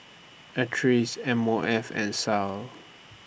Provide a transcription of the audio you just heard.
Acres M O F and Sal